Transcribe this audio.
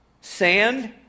Sand